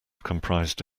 comprised